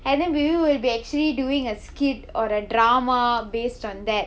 and then we will be actually doing a skit or a drama based on that